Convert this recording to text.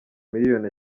miliyoni